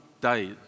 day